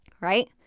right